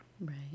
Right